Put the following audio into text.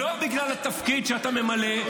לא בגלל התפקיד שאתה ממלא,